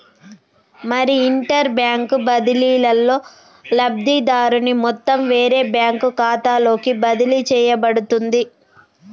మరి interbank బదిలీలో లబ్ధిదారుని మొత్తం వేరే బ్యాంకు ఖాతాలోకి బదిలీ చేయబడుతుంది